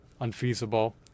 unfeasible